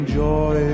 joy